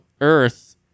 Earth